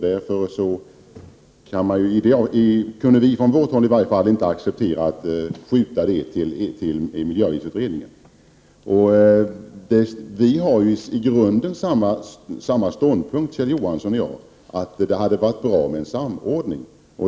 Därför kunde vi från vårt håll inte acceptera att skjuta över detta till miljöavgiftsutredningen. Vi har i grunden samma ståndpunkt, Kjell Johansson och jag, att det hade varit bra med en samordning.